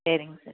சரிங்க சார்